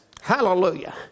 Hallelujah